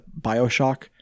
Bioshock